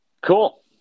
cool